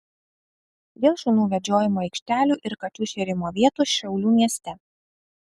dėl šunų vedžiojimo aikštelių ir kačių šėrimo vietų šiaulių mieste